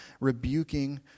rebuking